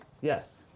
Yes